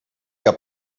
que